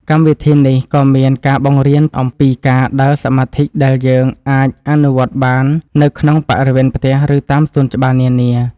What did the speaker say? កម្មវិធីនេះក៏មានការបង្រៀនអំពីការដើរសមាធិដែលយើងអាចអនុវត្តបាននៅក្នុងបរិវេណផ្ទះ ឬ តាមសួនច្បារនានា។